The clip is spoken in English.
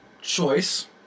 choice